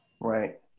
Right